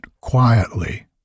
quietly